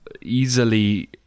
easily